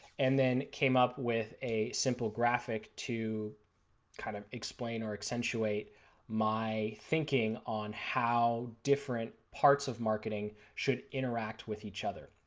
and then came up with a simple graphic to kind of explain or accentuate my thinking on how different parts of marketing should interact with each other.